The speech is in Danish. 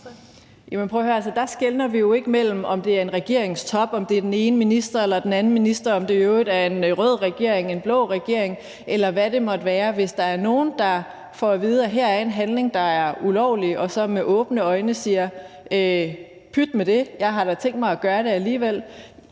her: Der skelner vi jo ikke mellem, om det er en regeringstop, om det er den ene minister eller den anden minister, om det i øvrigt er en rød regering, en blå regering, eller hvad det måtte være. Hvis der er nogen, der får at vide, at her er der en handling, der er ulovlig, og som med åbne øjne siger, at pyt med det, man har da tænkt sig at gøre det alligevel,